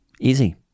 easy